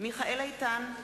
מיכאל איתן,